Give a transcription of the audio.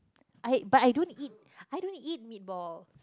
I but I don't eat I don't eat meatball